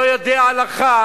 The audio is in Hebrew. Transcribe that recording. לא יודע הלכה,